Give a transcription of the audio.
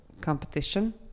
competition